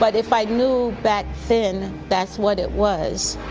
but if i knew back then that's what it was,